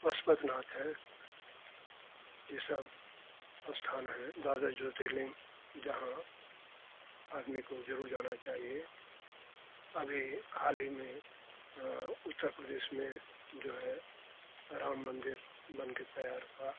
पशुपतिनाथ है ये सब स्थान हैं द्वादश ज्योतिर्लिंग जहाँ आदमी को जरूर जाना चाहिए अभी हाल ही में उत्तर प्रदेश में जो है अ राम मंदिर बन कर तैयार हुआ